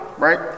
Right